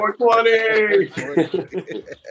420